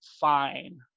fine